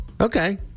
Okay